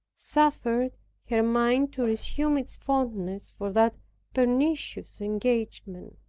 suffered her mind to resume its fondness for that pernicious engagement.